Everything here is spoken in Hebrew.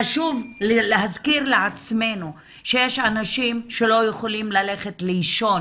חשוב להזכיר לעצמנו שיש אנשים שלא יכולים ללכת לישון